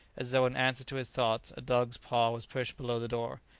as though in answer to his thoughts, a dog's paw was pushed below the door.